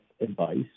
advice